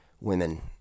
women